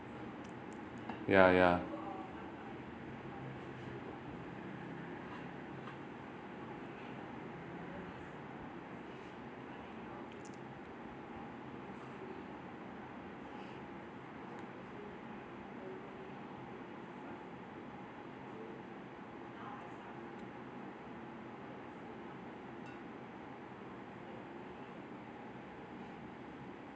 ya ya